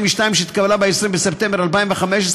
שהתקבלה ב-20 בספטמבר 2015,